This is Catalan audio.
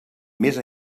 més